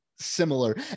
similar